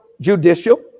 judicial